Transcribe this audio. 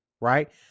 right